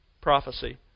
prophecy